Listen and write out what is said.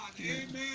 Amen